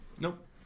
Nope